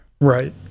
right